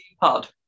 pod